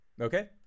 Okay